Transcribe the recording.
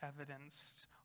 evidenced